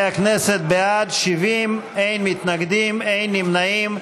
חברי הכנסת, בעד, 70, אין מתנגדים, אין נמנעים.